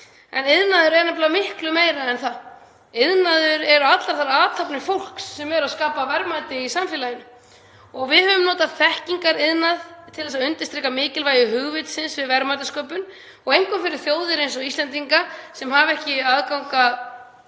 Iðnaður er nefnilega miklu meira en það. Iðnaður er allar þær athafnir fólks sem skapa verðmæti í samfélaginu. Við höfum notað þekkingariðnað til að undirstrika mikilvægi hugvitsins við verðmætasköpun, einkum fyrir þjóðir eins og Íslendinga sem hafa aðgang